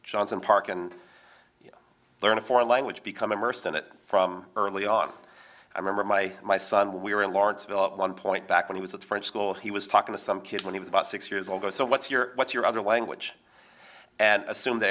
johnson park and learn a foreign language become immersed in it from early on i remember my my son when we were in lawrenceville one point back when he was a different school he was talking to some kids when he was about six years old or so what's your what's your other language and assume that